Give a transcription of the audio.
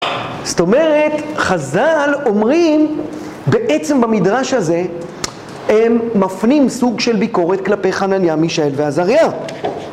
זאת אומרת, חז'ל אומרים, בעצם במדרש הזה, הם מפנים סוג של ביקורת כלפי חנניה, מישהאל ועזריא.